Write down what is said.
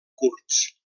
curts